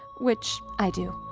which, i do.